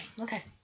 Okay